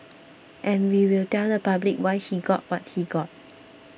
and we will tell the public why he got what he got